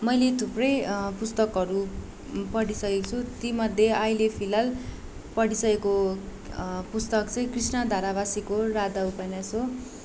मैले थुप्रै पुस्तकहरू पढिसकेको छु तीमध्ये अहिले फिलहाल पढिसकेको पुस्तक चाहिँ कृष्ण धरावासीको राधा उपन्यास हो